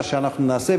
מה שאנחנו נעשה,